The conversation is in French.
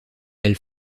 elle